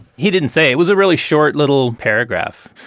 he didn't say. it was a really short little paragraph.